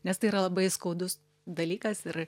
nes tai yra labai skaudus dalykas ir